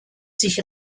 sich